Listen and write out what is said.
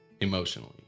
Emotionally